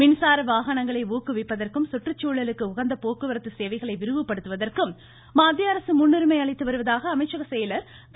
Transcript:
மின்சார வாகனங்களை ஊக்குவிப்பதற்கும் சுற்றுச்சூழலுக்கு உகந்த போக்குவரத்து சேவைகளை விரிவுபடுத்துவதற்கும் மத்திய அரசு முன்னுரிமை அளித்து வருவதாக அமைச்சக செயலர் திரு